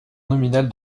nominale